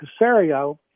Casario